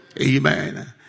Amen